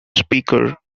speaker